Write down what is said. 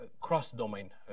cross-domain